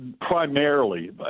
primarily